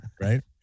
Right